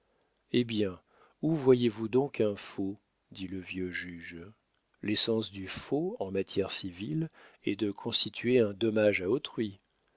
eh bien où voyez-vous donc un faux dit le vieux juge l'essence du faux en matière civile est de constituer un dommage à autrui